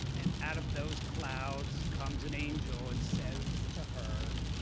and out of those clouds comes an angel and says to her,